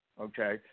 okay